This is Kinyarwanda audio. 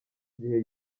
gihe